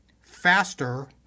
faster